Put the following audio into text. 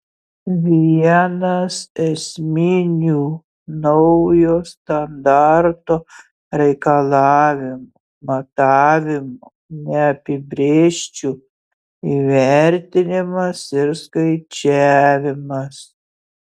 vienas esminių naujo standarto reikalavimų matavimų neapibrėžčių įvertinimas ir skaičiavimas